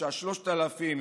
פרשת 3000,